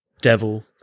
devil